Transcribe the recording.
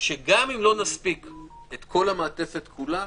שגם אם לא נספיק את כל המעטפת כולה,